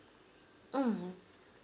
mm